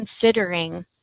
considering